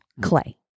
clay